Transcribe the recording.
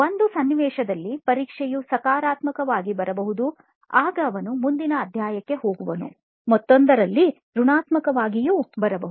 ಒಂದು ಸನ್ನಿವೇಶದಲ್ಲಿ ಪರೀಕ್ಷೆಯು ಸಕಾರಾತ್ಮಕವಾಗಿ ಬರಬಹುದು ಆಗ ಅವನು ಮುಂದಿನ ಅಧ್ಯಾಯಕ್ಕೆ ಹೋಗುವನು ಮತ್ತೊಂದರಲ್ಲಿ ಋಣಾತ್ಮಕವಾಗಿಯು ಬರಬಹುದು